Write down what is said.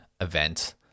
event